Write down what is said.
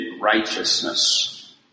righteousness